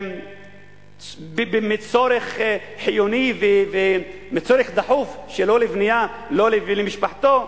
מצורך חיוני ומצורך דחוף שלו לבנייה, לו ולמשפחתו,